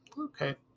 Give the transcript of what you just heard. Okay